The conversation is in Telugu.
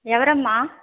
ఎవరమ్మా